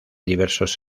diversos